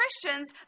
Christians